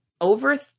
over